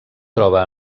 troba